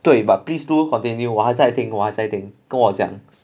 对 but please do continue 我还在听我还在听